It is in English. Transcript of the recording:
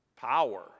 power